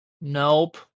Nope